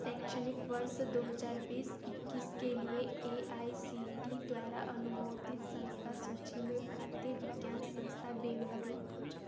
शैक्षणिक वर्ष दो हज़ार बीस इक्कीस के लिए ए आई सी टी द्वारा अनुमोदित संस्थान सूचि में भारतीय विज्ञान संस्थान बेंगलुरु खोजें